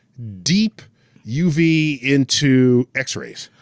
deep uv into x-rays.